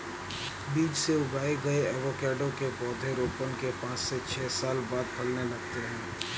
बीज से उगाए गए एवोकैडो के पौधे रोपण के पांच से छह साल बाद फलने लगते हैं